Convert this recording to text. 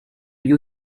you